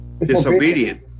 Disobedient